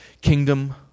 kingdom